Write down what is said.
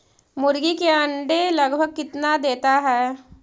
मुर्गी के अंडे लगभग कितना देता है?